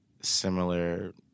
similar